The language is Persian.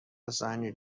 سنگ